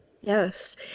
Yes